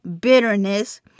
bitterness